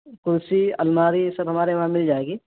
کرسی الماری سب ہمارے وہاں مل جائے گی